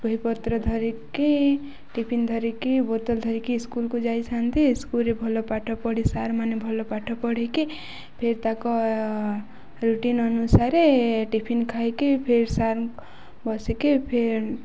ବହିପତ୍ର ଧରିକି ଟିଫିନ୍ ଧରିକି ବୋତଲ ଧରିକି ସ୍କୁଲ୍କୁ ଯାଇଥାନ୍ତି ସ୍କୁଲ୍ରେ ଭଲ ପାଠ ପଢ଼ି ସାର୍ମାନେ ଭଲ ପାଠ ପଢ଼ିକି ଫିର୍ ତାଙ୍କ ରୁଟିନ୍ ଅନୁସାରେ ଟିଫିନ୍ ଖାଇକି ଫିର୍ ସାର୍ ବସିକି ଫିର୍